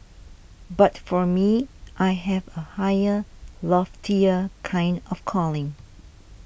but for me I have a higher loftier kind of calling